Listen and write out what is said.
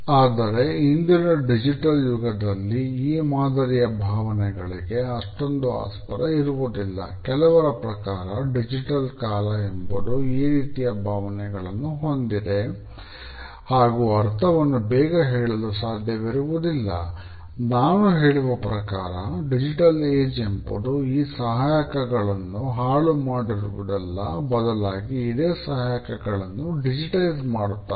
ಆದರೆ ಇಂದಿನ ಡಿಜಿಟಲ್ ಮಾಡುತ್ತದೆ